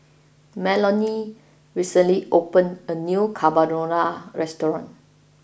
Melony recently opened a new Carbonara restaurant